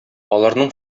аларның